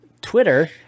Twitter